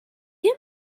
him